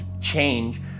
change